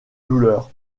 douleur